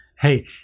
Hey